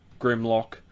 Grimlock